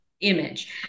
image